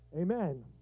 Amen